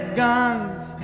guns